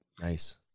Nice